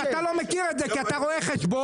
אתה לא מכיר את זה כי אתה רואה חשבון,